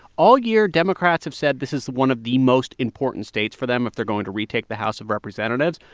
all year, democrats have said this is one of the most important states for them if they're going to retake the house of representatives.